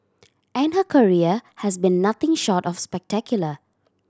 and her career has been nothing short of spectacular